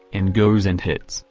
and goes and hits,